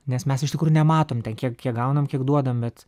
nes mes iš tikrųjų nematom ten kiek kiek gaunam kiek duodam bet